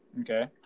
Okay